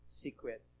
secret